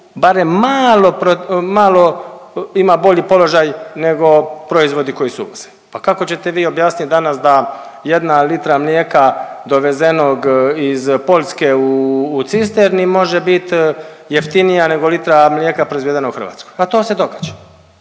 malo, malo ima bolji položaj nego proizvodi koji se uvoze. Pa kako ćete vi objasniti danas da jedna litra mlijeka dovezenog iz Poljske u cisterni može biti jeftinija nego litra mlijeka proizvedena u Hrvatskoj? A to se događa.